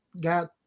God